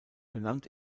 benannt